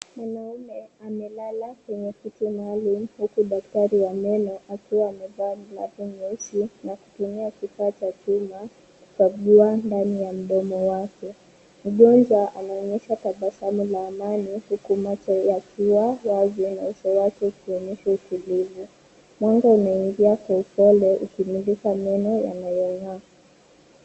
Mwanaume amelala kwenye kiti maalum, huku daktari wa meno akiwa amevaa glavu nyeusi, na kutumia kifaa cha chuma, kukagua ndani ya mdomo wake. Mgonjwa anaonyesha tabasamu la amani, huku macho yakiwa wazi na uso wake ukionyesha utulivu. Mwanga unaingia polepole ikimulika meno yanayong'aa.